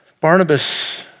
Barnabas